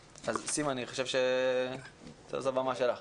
סימה, אני חושב שזו הבמה שלך.